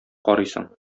карыйсың